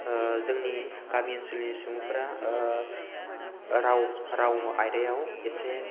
जोंनि गामि ओनसोलनि सुबुंफोरा राव आयदायाव एसे